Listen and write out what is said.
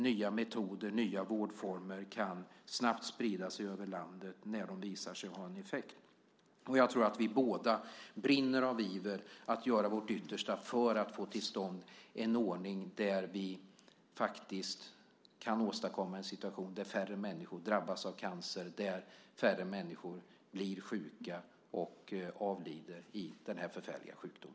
Nya metoder och vårdformer kan snabbt spridas över landet när de visar sig ha en effekt. Jag tror att vi båda brinner av iver att göra vårt yttersta för att få till stånd en ordning där vi faktiskt kan åstadkomma en situation där färre människor drabbas av cancer och där färre människor blir sjuka och avlider i denna förfärliga sjukdom.